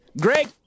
Greg